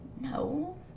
no